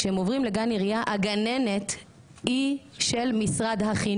כך שהמחנכות יוכלו לבצע את התפקיד שלהן בגן.